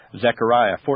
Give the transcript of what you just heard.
Zechariah